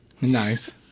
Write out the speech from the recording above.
Nice